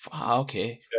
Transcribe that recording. Okay